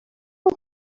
اون